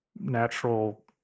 natural